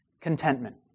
contentment